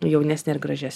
jaunesnę ir gražias